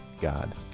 god